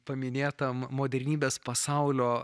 paminėtam modernybės pasaulio